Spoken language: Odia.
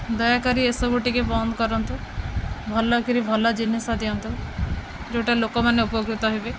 ଦୟାକରି ଏସବୁ ଟିକେ ବନ୍ଦ କରନ୍ତୁ ଭଲ କିରି ଭଲ ଜିନିଷ ଦିଅନ୍ତୁ ଯେଉଁଟା ଲୋକମାନେ ଉପକୃତ ହେବେ